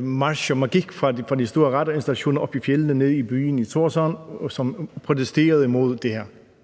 marcher fra de store radarinstallationer oppe i fjeldene og ned til Thorshavn, hvor man protesterede mod det her.